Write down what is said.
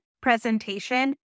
presentation